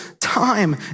time